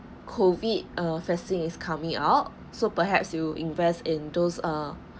COVID err phasing is coming out so perhaps you invest in those err